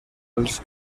els